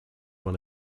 one